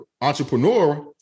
entrepreneur